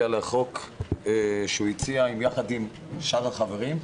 על החוק שהוא הציע יחד עם שאר החברים.